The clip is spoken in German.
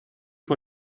vor